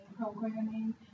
programming